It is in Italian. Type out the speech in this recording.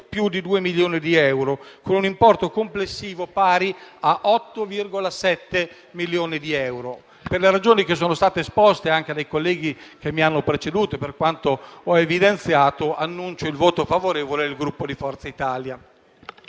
più di due milioni di euro, con un importo complessivo pari a 8,7 milioni di euro. Per le ragioni che sono state esposte anche dai colleghi che mi hanno preceduto e per quanto ho evidenziato, annuncio il voto favorevole del Gruppo Forza Italia.